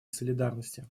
солидарности